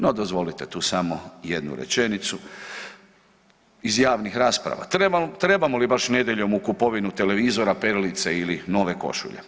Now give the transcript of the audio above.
No dozvolite tu samo jednu rečenicu, iz javnih rasprava, trebamo li baš nedjeljom u kupovinu televizora, perilice ili nove košulje?